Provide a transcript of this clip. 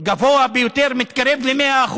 גבוה ביותר, מתקרב ל-100%.